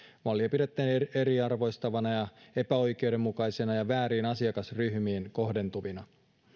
mallia pidettiin eriarvoistavana ja epäoikeudenmukaisena ja vääriin asiakasryhmiin kohdentuvana